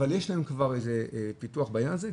אבל יש להם כבר פיתוח בעניין הזה,